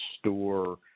store